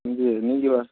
ଯେ ନେଇଁ ଯିବାଁ